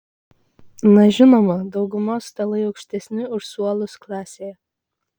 na žinoma daugumos stalai aukštesni už suolus klasėje